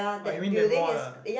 oh you mean that mall lah